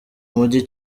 mujyi